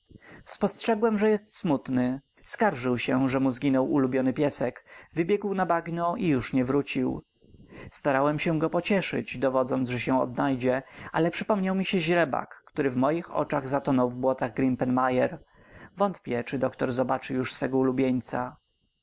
spostrzegłem że jest smutny skarżył mi się że mu zginął ulubiony piesek wybiegł na bagno i już nie wrócił starałem się go pocieszyć dowodząc że się odnajdzie ale przypomniał mi się źrebak który w moich oczach zatonął w błotach grimpen mire wątpię czy doktor zobaczy już swego ulubieńca